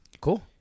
Cool